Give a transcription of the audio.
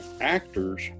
actors